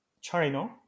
China